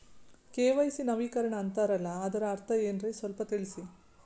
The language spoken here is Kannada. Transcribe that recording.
ಕೆ.ವೈ.ಸಿ ನವೀಕರಣ ಅಂತಾರಲ್ಲ ಅದರ ಅರ್ಥ ಏನ್ರಿ ಸ್ವಲ್ಪ ತಿಳಸಿ?